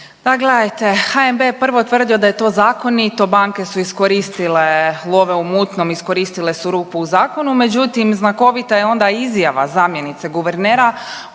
Da gledajte HNB je prvo tvrdio da je to zakonito, banke su iskoristile love u mutnom, iskoristile su rupu u zakonu međutim znakovita je onda izjava zamjenice guvernera